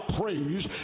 praise